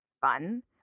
fun